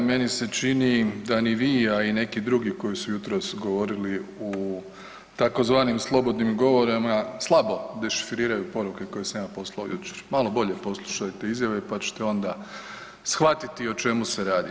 Meni se čini da ni vi, a i neki drugi koji su jutros govorili u tzv. slobodnim govorima, slabo dešifriraju poruke koje sam ja poslao jučer, malo bolje poslušajte izjave, pa ćete onda shvatiti o čemu se radi.